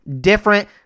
different